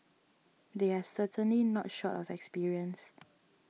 they are certainly not short of experience